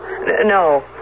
No